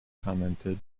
commented